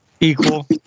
equal